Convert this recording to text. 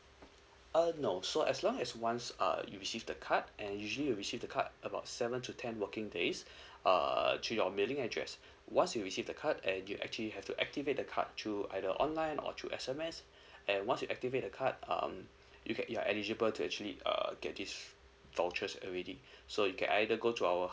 uh no so as long as once err you receive the card and usually you receive the card about seven to ten working days uh to your mailing address once you receive the card and you actually have to activate the card through either online or through S_M_S and once you activate the card um you get your eligible to actually uh get this vouchers already so you can either go to our